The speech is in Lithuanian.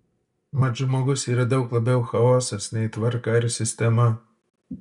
mat žmogus yra daug labiau chaosas nei tvarka ar sistema